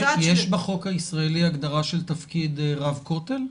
יש בחוק הישראלי הגדרה של תפקיד רב כותל?